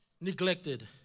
neglected